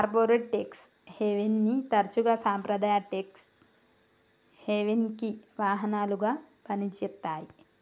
corporate tax హెవెన్ని తరచుగా సాంప్రదాయ ట్యేక్స్ హెవెన్కి వాహనాలుగా పనిచేత్తాయి